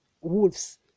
wolves